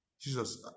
Jesus